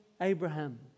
Abraham